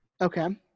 Okay